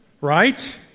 right